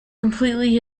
completely